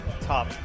top